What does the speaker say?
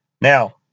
Now